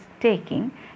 taking